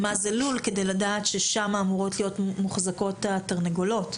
זה לול כדי לדעת ששם אמורות להיות מוחזקות התרנגולות.